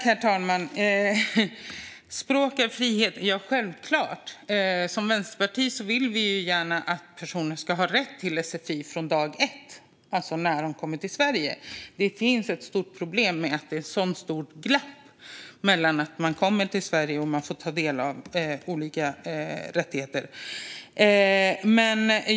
Herr talman! Språk är frihet - ja, självklart! Vänsterpartiet vill gärna att personer ska ha rätt till sfi från dag ett, alltså när de kommer till Sverige. Det är ett stort problem att det finns ett stort glapp mellan att man kommer till Sverige och att man får olika rättigheter.